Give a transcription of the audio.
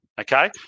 Okay